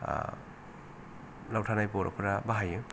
लाव थानाय बर'फ्रा बाहायो